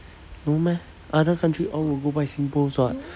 no meh other country all will go by singpost [what]